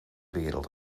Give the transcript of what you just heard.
wereld